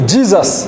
Jesus